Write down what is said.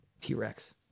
T-Rex